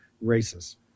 races